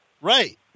Right